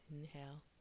inhale